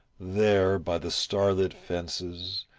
there, by the starlit fences,